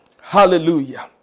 hallelujah